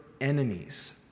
enemies